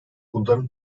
bunların